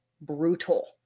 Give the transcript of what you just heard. brutal